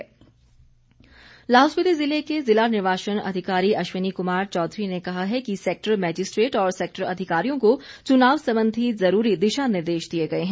मंडी उपायुक्त लाहौल स्पीति जिले के जिला निर्वाचन अधिकारी अश्वनी कुमार चौधरी ने कहा है कि सेक्टर मैजिस्ट्रेट और सेक्टर अधिकारियों को चुनाव संबंधी जरूरी दिशा निर्देश दिए गए है